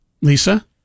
Lisa